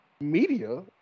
media